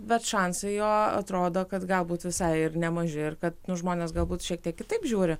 bet šansai jo atrodo kad galbūt visai ir nemaži ir kad nu žmonės galbūt šiek tiek kitaip žiūri